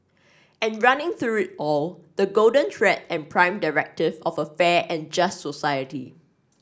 and running through it all the golden thread and prime directive of a fair and just society